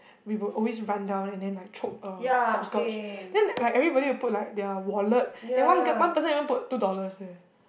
we will always run down and then like chope a hopscotch then like everybody will put like their wallet then one girl one person even put two dollars eh